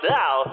now